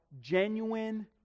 genuine